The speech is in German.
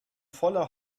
voller